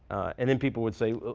and then people would say,